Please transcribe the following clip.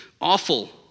awful